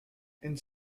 and